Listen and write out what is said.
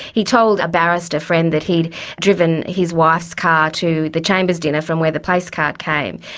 he told a barrister friend that he'd driven his wife's car to the chambers dinner from where the place card came,